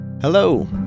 Hello